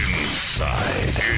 Inside